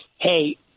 hey